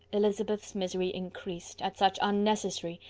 elizabeth's misery increased, at such unnecessary,